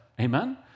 Amen